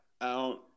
out